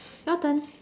your turn